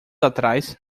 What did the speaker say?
atrás